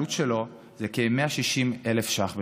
העלות שלו זה כ-160,000 ש"ח בשנה,